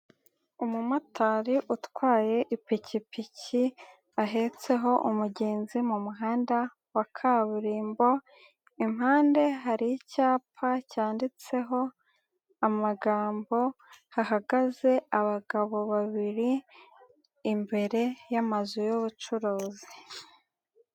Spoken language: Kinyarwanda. Umumotari utwaye ipikipiki ahetseho umugenzi mu muhanda wa kaburimbo, impande hari icyapa cyanditseho amagambo hahagaze abagabo babiri, imbere y'amazu y'ubucuruzi.